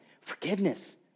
forgiveness